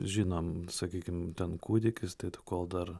žinom sakykim ten kūdikis tai tu kol dar